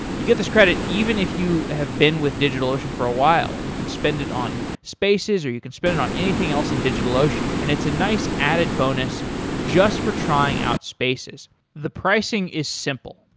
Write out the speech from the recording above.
you get this credit, even if you have been with digitalocean for a while. you could spend it on spaces or you could spend it on anything else in digitalocean. and it's a nice added bonus just for trying out spaces the pricing is simple.